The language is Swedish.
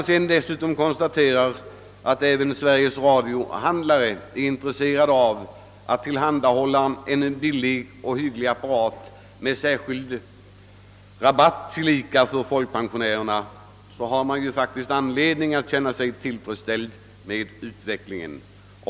När det dessutom kan konstateras att även Sveriges radiohandlare är intresserade av att tillhandahålla en billig och hygglig apparat med särskild rabatt för folkpensionärer har man faktiskt anledning att känna sig tillfredsställd med utvecklingen.